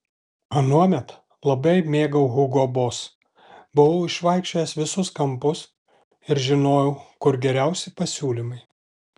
anuomet labai mėgau hugo boss buvau išvaikščiojęs visus kampus ir žinojau kur geriausi pasiūlymai